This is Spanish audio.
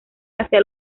hacia